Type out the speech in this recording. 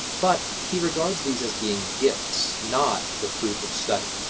but he regards these as being gifts, not the fruit of study.